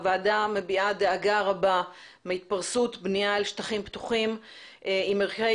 הוועדה מביעה דאגה רבה מהתפרסות בנייה על שטחים עם ערכי